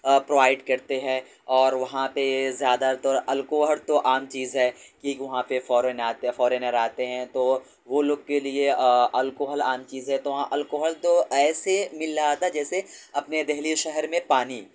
provide کرتے ہیں اور وہاں پہ زیادہ تر الکوہر تو عام چیز ہے کہ وہاں پہ فارن آتے فارنر آتے ہیں تو وہ لوگ کے لیے الکوہل عام چیز ہے تو وہاں الکوہل تو ایسے مل رہا تھا جیسے اپنے دہلی شہر میں پانی